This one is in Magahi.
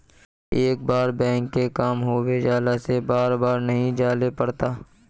एक बार बैंक के काम होबे जाला से बार बार नहीं जाइले पड़ता?